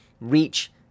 reach